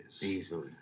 Easily